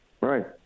Right